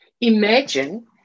Imagine